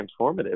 transformative